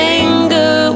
anger